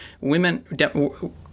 women